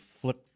flip